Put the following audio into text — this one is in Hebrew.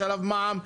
יש עליו מע"מ,